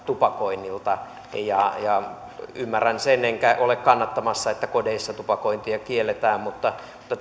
tupakoinnilta ja ymmärrän sen enkä ole kannattamassa että kodeissa tupakointia kielletään mutta mutta